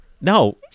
no